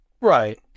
Right